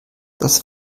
das